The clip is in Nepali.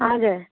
हजुर